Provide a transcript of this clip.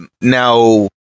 now